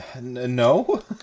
No